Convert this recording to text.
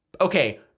Okay